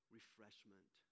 refreshment